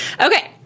okay